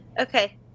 Okay